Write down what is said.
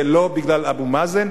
זה לא בגלל אבו מאזן,